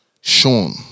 Sean